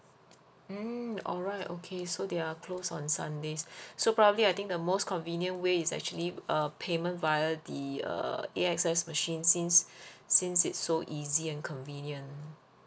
mm all right okay so they are closed on sundays so probably I think the most convenient way is actually um payment via the err A_X_S machine since since it's so easy and convenient